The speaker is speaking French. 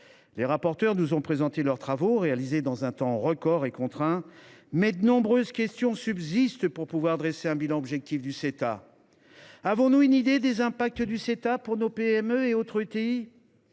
Les rapporteurs nous ont présenté leurs travaux, réalisés dans un temps record et contraint, mais de nombreuses questions subsistent avant de pouvoir dresser un bilan objectif du Ceta : avons nous une idée de ses impacts sur nos PME et autres